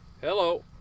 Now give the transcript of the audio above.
Hello